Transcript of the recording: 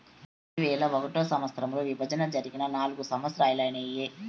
రెండువేల ఒకటో సంవచ్చరంలో విభజన జరిగి నాల్గు సంవత్సరాలు ఐనాయి